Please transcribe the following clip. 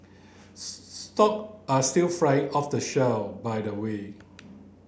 stock are still flying off the shelves by the way